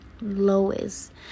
lowest